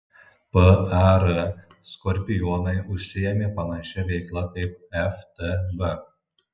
par skorpionai užsiėmė panašia veikla kaip ftb